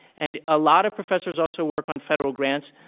and a lot of professors also work on federal grants.